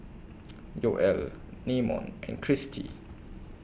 Yoel Namon and Christy